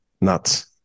Nuts